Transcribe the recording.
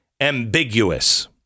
ambiguous